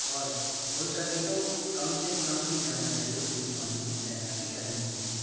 और हो सके तो कम से कम ही जाना चाहिए खुले पानी में तैराकी करने के लिए